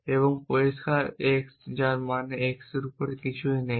এবং পরিষ্কার x যার মানে x এর উপরে কিছুই নেই